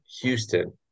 Houston